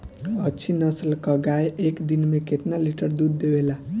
अच्छी नस्ल क गाय एक दिन में केतना लीटर दूध देवे ला?